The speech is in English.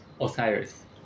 Osiris